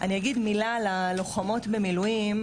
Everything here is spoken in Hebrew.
אני אגיד מילה על הלוחמות במילואים,